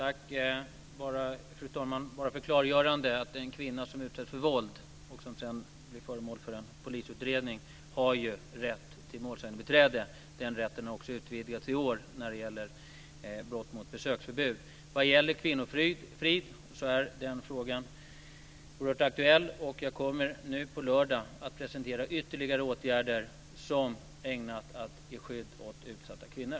Fru talman! Bara som ett klargörande vill jag påpeka att den kvinna som utsätts för våld och sedan blir föremål för polisutredning har rätt till målsägarbiträde. Den rätten har också utvidgats i år när det gäller brott mot besöksförbud. Vad gäller kvinnofrid är den frågan oerhört aktuell, och jag kommer nu på lördag att presentera ytterligare åtgärder som är ägnade att ge skydd åt utsatta kvinnor.